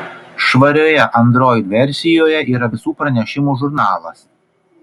švarioje android versijoje yra visų pranešimų žurnalas